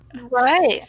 right